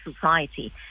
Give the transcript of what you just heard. society